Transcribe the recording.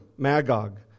Magog